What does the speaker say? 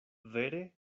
vere